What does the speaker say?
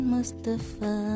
Mustafa